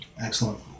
Excellent